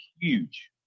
huge